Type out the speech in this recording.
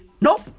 Nope